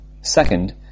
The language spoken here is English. Second